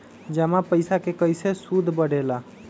जमा पईसा के कइसे सूद बढे ला?